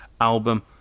album